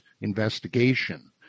investigation